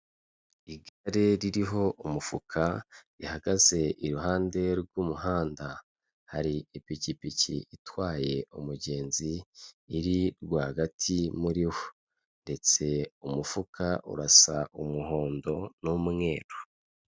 Igare ririho umufuka rihagaze iruhande rw'umuhanda, hari ipikipiki itwaye umugenzi iri rwagati muriho ndetse umufuka urasa umuhondo n'umweru.